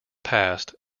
past